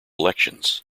elections